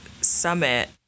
Summit